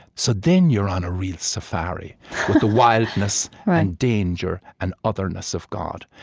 so then you are on a real safari with the wildness and danger and otherness of god.